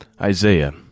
Isaiah